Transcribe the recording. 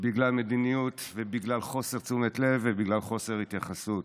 בגלל מדיניות ובגלל חוסר תשומת לב ובגלל חוסר התייחסות,